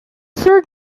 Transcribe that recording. third